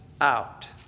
out